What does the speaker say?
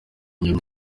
iyo